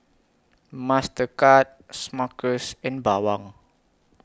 Mastercard Smuckers and Bawang